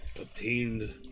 obtained